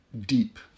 deep